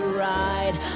ride